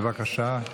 בבקשה,